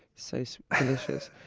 so so delicious!